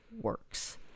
works